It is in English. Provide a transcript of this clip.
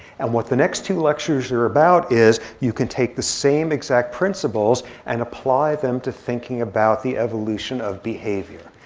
and what the next two lectures are about is, you can take the same exact principles and apply them to thinking about the evolution of behavior.